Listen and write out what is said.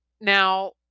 now